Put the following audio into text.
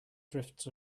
drifts